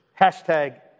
Hashtag